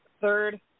third